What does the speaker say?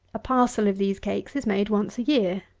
a parcel of these cakes is made once a year.